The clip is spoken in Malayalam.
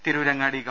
തിരൂരങ്ങാടി ഗവ